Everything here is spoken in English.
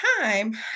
time